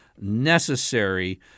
necessary